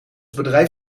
bedrijf